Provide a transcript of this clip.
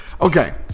okay